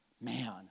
Man